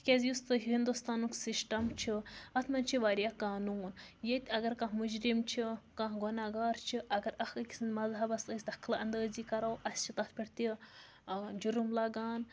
تِکیٛازِ یُس تہٕ ہِندوُستانُک سِسٹَم چھُ اَتھ منٛز چھِ واریاہ قانوٗن ییٚتہِ اگر کانٛہہ مُجرِم چھِ کانٛہہ گۄناہ گار چھِ اگر اَکھ أکۍ سٕنٛد مذہَبَس أسۍ دخل اندٲزی کَرو اَسہِ چھُ تَتھ پٮ۪ٹھ تہِ جُرُم لَگان